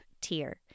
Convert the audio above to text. tier